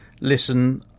listen